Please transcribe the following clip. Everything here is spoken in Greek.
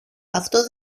αυτό